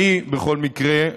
בכל מקרה,